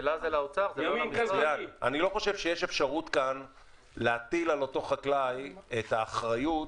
כאן אפשרות להטיל על אותו חקלאי את האחריות